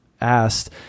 asked